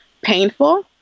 painful